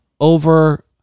over